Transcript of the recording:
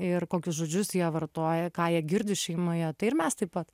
ir kokius žodžius jie vartoja ką jie girdi šeimoje tai ir mes taip pat